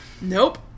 Nope